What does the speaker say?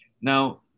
Now